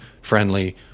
friendly